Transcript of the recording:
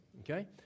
Okay